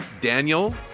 Daniel